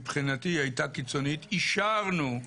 שמבחינתי היא הייתה קיצונית אישרנו,